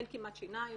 אין כמעט שיניים,